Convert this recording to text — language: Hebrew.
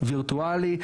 וירטואלי.